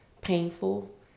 painful